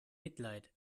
mitleid